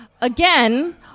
Again